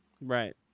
Right